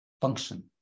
function